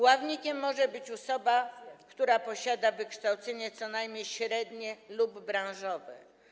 Ławnikiem może być osoba, która posiada wykształcenie co najmniej średnie lub branżowe.